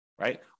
right